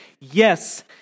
Yes